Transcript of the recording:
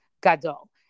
Gadol